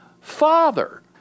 Father